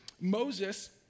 Moses